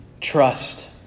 trust